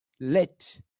let